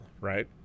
right